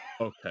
Okay